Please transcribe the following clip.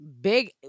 big